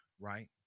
right